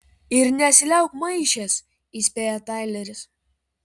ir nesiliauk maišęs įspėja taileris